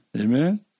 Amen